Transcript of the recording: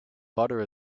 butter